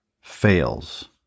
fails